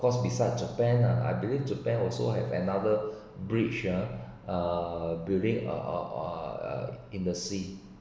of course besides japan ah I believe japan also have another bridge ah uh build it uh in the sea